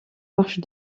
marche